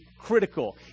critical